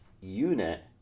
unit